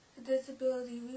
disability